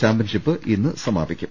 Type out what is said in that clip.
championship ഇന്ന് സമാപിക്കും